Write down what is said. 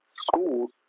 schools